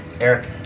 Eric